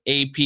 AP